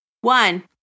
One